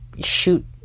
shoot